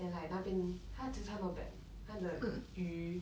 then like 那边它的 zi char not bad 他的鱼